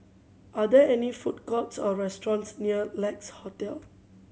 are there any food courts or restaurants near Lex Hotel